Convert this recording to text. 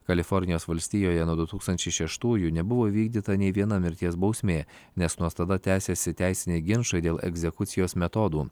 kalifornijos valstijoje nuo du tūkstančiai šeštųjų nebuvo įvykdyta nei viena mirties bausmė nes nuo tada tęsėsi teisiniai ginčai dėl egzekucijos metodų